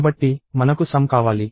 కాబట్టి మనకు సమ్ కావాలి